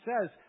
says